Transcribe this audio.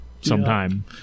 sometime